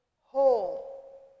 whole